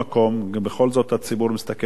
בכל זאת הציבור מסתכל עלינו.